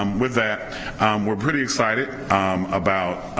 um with that we're pretty excited about